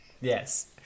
Yes